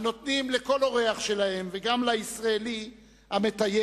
הנותנים לכל אורח שלהם וגם לישראלי המטייל